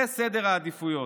זה סדר העדיפויות.